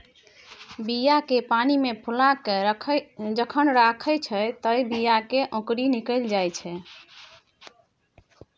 बीया केँ पानिमे फुलाए केँ जखन राखै छै तए बीया मे औंकरी निकलि जाइत छै